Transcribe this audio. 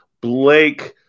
Blake